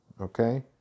okay